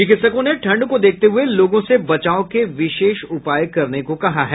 चिकित्सकों ने ठंड को देखते हुए लोगों से बचाव के विशेष उपाय करने को कहा है